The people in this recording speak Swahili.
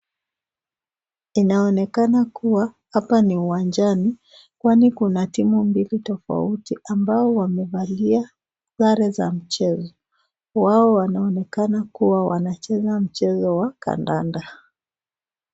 Inaonekana kuwa hapa ni uwanjani kwani kuna timu mbili tofauti ambao wamevalia sare za mchezo wao wanaonekana kuwa wanacheza mchezo wa kandanda.